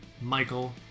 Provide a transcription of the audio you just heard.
Michael